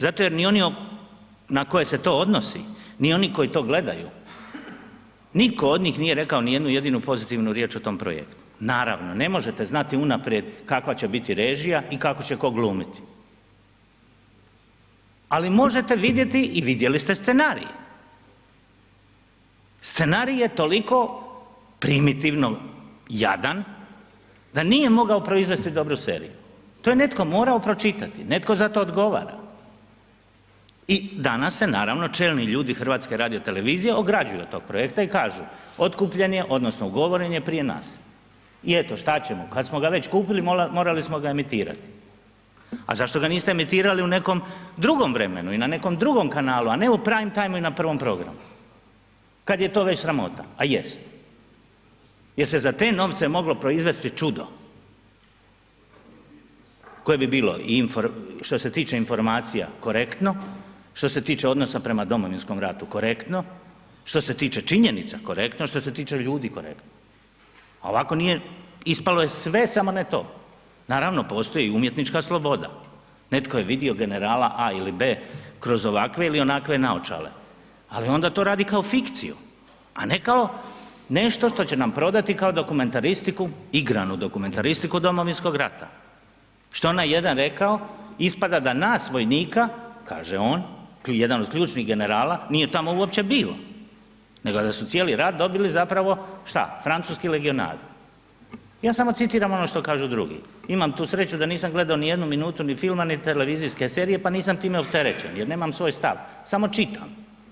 Zato jer ni oni na koje se to odnosi, ni oni koji to gledaju, niko od njih nije rekao ni jednu jedinu pozitivnu riječ o tom projektu, naravno ne možete znati unaprijed kakva će biti režija i kako će ko glumiti, ali možete vidjeti i vidjeli ste scenarij, scenarij je toliko primitivno jadan da nije mogao proizvesti dobru seriju, to je netko morao pročitati, netko za to odgovara i danas se naravno čelni ljudi HRT-a ograđuju od tog projekta i kažu otkupljen je odnosno ugovoren je prije nas i eto šta ćemo kad smo ga već kupili morali smo ga emitirati, a zašto ga niste emitirali u nekom drugom vremenu i na nekom drugom kanalu, a ne u prime time i na 1. programu, kad je to već sramota, a jest jer se za te novce moglo proizvesti čudo koje bi bilo što se tiče informacija korektno, što se tiče odnosa prema domovinskom ratu korektno, što se tiče činjenica korektno, što se tiče ljudi korektno, al ovako nije, ispalo je sve samo ne to, naravno postoji i umjetnička sloboda, netko je vidio generala A ili B kroz ovakve ili onakve naočale, ali onda to radi kao fikciju, a ne kao nešto što će nam prodati kao dokumentaristiku, igranu dokumentaristiku domovinskog rata, što je onaj jedan rekao ispada da nas vojnika, kaže on, jedan od ključnih generala nije tamo uopće bio, nego da su cijeli rat dobili zapravo, šta, francuski legionari, ja samo citiram ono što kažu drugi, imam tu sreću da nisam gledo ni jednu minutu ni filma, ni televizijske serije, pa nisam time opterećen jer nemam svoj stav, samo čitam.